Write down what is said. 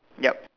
yup